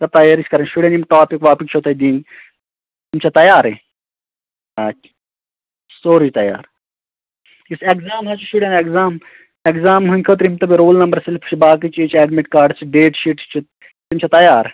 دَپ تیارٕے چھِ کَرٕنۍ شُرٮ۪ن یِم ٹاپِک واپِک چھِ تۄہہِ دِنۍ تِم چھا تیارٕے آچھ سوری تیار یُس اِیٚگزام حظ چھُ شُرِیٚن اِیٚگزام اِیٚگزام ہنٛد خٲطرٕ یِِم تِم رول نمبر سِلپٕس چھِ باقٕے چیٖز چھِ اِیٚڈمِٹ کاڈ چھِ ڈیٹ شیٖٹس چھِ تِم چھا تیار